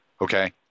Okay